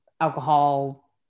alcohol